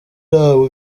ntabwo